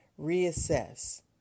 Reassess